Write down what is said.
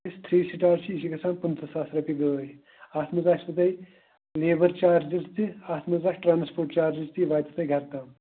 یُس three star چھُ یہِ چھُ گژھان پٕنٛژٕ ساس رۄپیہِ گٲڑۍ اَتھ منٛز آسوٕ تۄہہِ لیبَر چارجِز تہِ اَتھ منٛز آسہِ ٹرٛانَسپوٹ چارجِز تہِ واتو تۄہہِ گرٕ تام